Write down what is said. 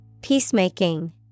peacemaking